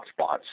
hotspots